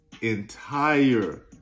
entire